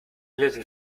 little